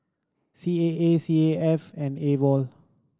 C A A C A F and AWOL